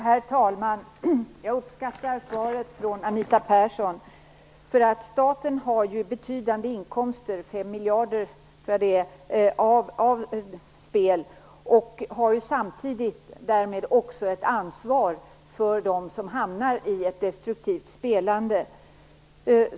Herr talman! Jag uppskattar svaret från Anita Persson. Staten har ju betydande inkomster - 5 miljarder, tror jag att det är - av spel och har ju samtidigt därmed ett ansvar för dem som hamnar i ett destruktivt spelande.